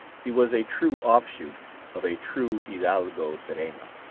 he was a true off-shoot of a true hidalgo cereno.